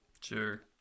sure